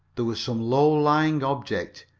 there was some low-lying object,